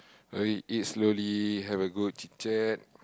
when we eat slowly have a good chit chat